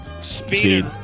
Speed